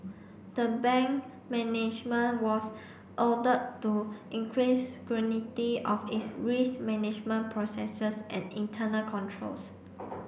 the bank management was ordered to increase of its risk management processes and internal controls